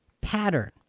pattern